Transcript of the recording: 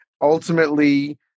ultimately